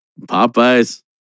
Popeyes